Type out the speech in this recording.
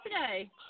today